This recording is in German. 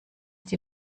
die